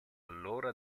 allora